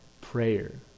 Prayer